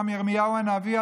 גם ירמיהו הנביא,